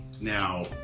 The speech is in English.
Now